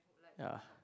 yeah